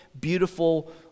beautiful